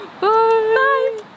Bye